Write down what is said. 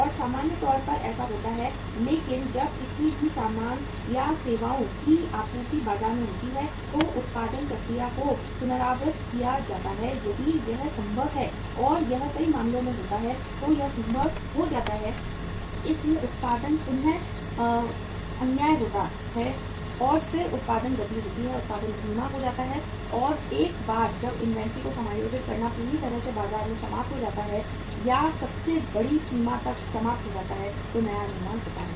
और सामान्य तौर पर ऐसा होता भी है लेकिन जब किसी भी सामान या सेवाओं की आपूर्ति बाजार में होती है तो उत्पादन प्रक्रिया को पुनरावृत्त किया जाता है यदि यह संभव है और यह कई मामलों में होता है तो यह संभव हो जाता है इसलिए उत्पादन पुन अन्याय होता है और फिर उत्पादन गति होती है उत्पादन धीमा हो जाता है और एक बार जब इन्वेंट्री को समायोजित करना पूरी तरह से बाजार में समाप्त हो जाता है या सबसे बड़ी सीमा तक समाप्त हो जाता है तो नया निर्माण होता है